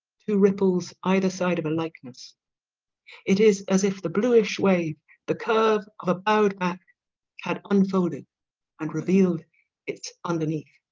two ripples either side of a likeness it is as if the bluish wave the curve of a bowed back had unfolded and revealed it's underneath